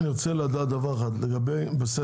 אני רוצה לדעת דבר אחד בסדר,